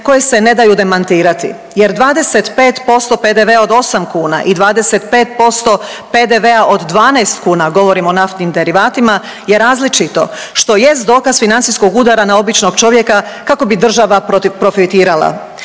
koje se ne daju demantirati jer 25% PDV-a od 8 kn i 25% PDV-a od 12 kn, govorim o naftnim derivatima, je različito, što jest dokaz financijskog udara na običnog čovjeka kako bi država profitirala.